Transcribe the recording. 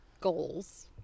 goals